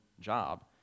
job